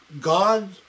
God